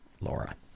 Laura